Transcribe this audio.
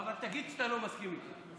אבל תגיד שאתה לא מסכים איתי.